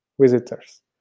visitors